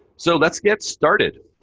so let's get started.